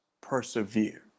persevere